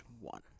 one